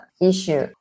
issue